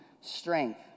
strength